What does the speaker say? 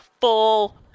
full